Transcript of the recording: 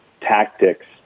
tactics